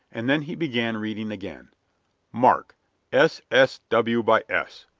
and then he began reading again mark s. s. w. by s.